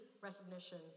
recognition